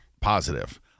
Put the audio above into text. positive